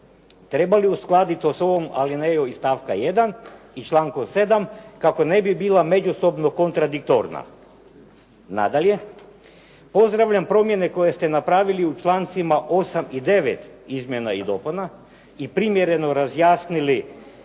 trebali uskladiti to s ovom, ali ne i stavka 1. i člankom 7. kako ne bi bila međusobno kontradiktorna. Nadalje, pozdravljam promjene koje ste napravili u člancima 8. i 9. izmjena i dopuna i primjereno razjasnili